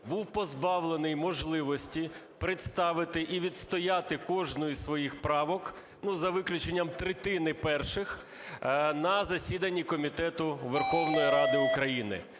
був позбавлений можливості представити і відстояти кожну із своїх правок, за виключенням третини перших, на засіданні комітету Верховної Ради України.